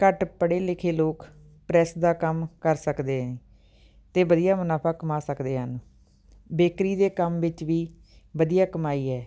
ਘੱਟ ਪੜ੍ਹੇ ਲਿਖੇ ਲੋਕ ਪ੍ਰੈੱਸ ਦਾ ਕੰਮ ਕਰ ਸਕਦੇ ਹੈ ਅਤੇ ਵਧੀਆ ਮੁਨਾਫਾ ਕਮਾ ਸਕਦੇ ਹਨ ਬੇਕਰੀ ਦੇ ਕੰਮ ਵਿੱਚ ਵੀ ਵਧੀਆ ਕਮਾਈ ਹੈ